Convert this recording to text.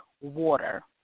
water